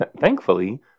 thankfully